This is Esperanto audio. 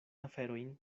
aferojn